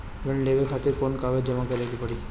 ऋण लेवे खातिर कौन कागज जमा करे के पड़ी?